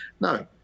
no